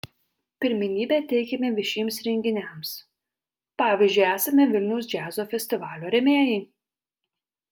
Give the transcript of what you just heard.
pirmenybę teikiame viešiems renginiams pavyzdžiui esame vilniaus džiazo festivalio rėmėjai